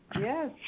Yes